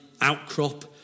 outcrop